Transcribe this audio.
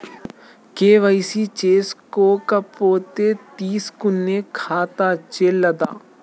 KYC చేసుకోకపోతే తీసుకునే ఖాతా చెల్లదా?